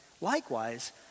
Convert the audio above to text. Likewise